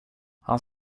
han